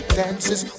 dances